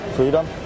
Freedom